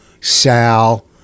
Sal